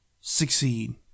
succeed